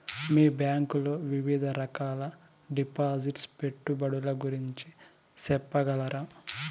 మీ bank లో వివిధ రకాల డిపాసిట్స్, పెట్టుబడుల గురించి సెప్పగలరా?